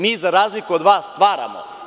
Mi za razliku od vas stvaramo.